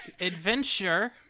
adventure